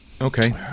Okay